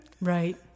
Right